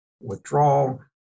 withdrawal